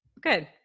Good